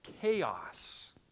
chaos